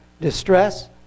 distress